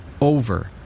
over